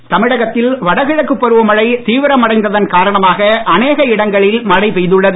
மழை தமிழகத்தில் வடகிழக்கு பருவமழை தீவிரமடைந்ததன் காரணமாக அநேக இடங்களில் மழை பெய்துள்ளது